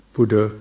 Buddha